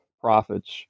profits